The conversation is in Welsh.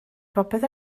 popeth